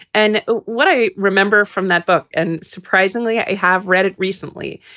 and what i remember from that book, and surprisingly i have read it recently,